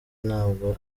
ntabwo